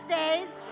days